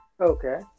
Okay